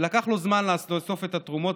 ולקח לו זמן לאסוף את התרומות,